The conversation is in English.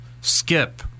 skip